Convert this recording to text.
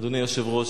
אדוני היושב-ראש,